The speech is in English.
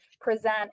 present